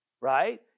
right